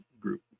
group